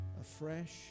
afresh